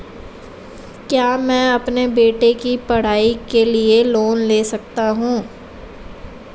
क्या मैं अपने बेटे की पढ़ाई के लिए लोंन ले सकता हूं?